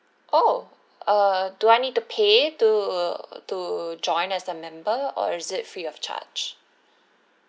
oh err do I need to pay to to join as a member or is it free of charge